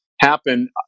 happen